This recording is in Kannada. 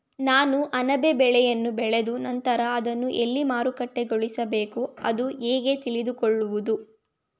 ನಾನು ಅಣಬೆ ಬೆಳೆಯನ್ನು ಬೆಳೆದ ನಂತರ ಅದನ್ನು ಎಲ್ಲಿ ಮಾರುಕಟ್ಟೆಗೊಳಿಸಬೇಕು ಎಂದು ಹೇಗೆ ತಿಳಿದುಕೊಳ್ಳುವುದು?